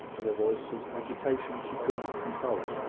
in a voice whose agitation she could not control.